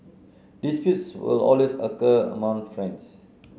disputes will always occur among friends